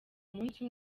umunsi